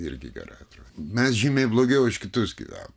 irgi gerai mes žymiai blogiau už kitus gyvenom